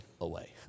away